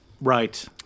Right